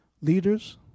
leaders